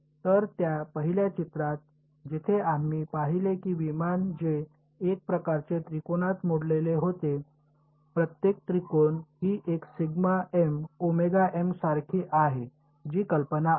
तर त्या पहिल्या चित्रात जिथे आम्ही पाहिले की विमान जे एक प्रकारचे त्रिकोणात मोडलेले होते प्रत्येक त्रिकोण ही एक सिग्मा एम ओमेगा एम सारखी आहे जी कल्पना आहे